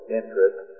interest